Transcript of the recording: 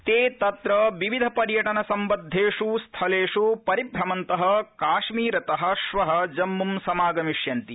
ते तत्र विविध पर्यटन सम्बद्धेष् स्थलेष् परिभ्रमन्त काश्मीरत श्व जम्मुम् समागमिष्यन्ति